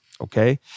Okay